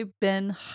Ben